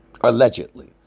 allegedly